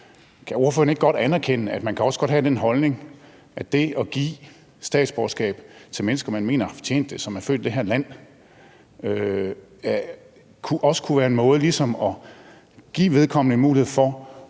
at man også godt kan have den holdning, at det at give statsborgerskab til mennesker, som man mener har fortjent det, og som er født i det her land, også kunne være en måde ligesom at give vedkommende mulighed for